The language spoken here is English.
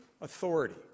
authority